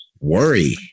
worry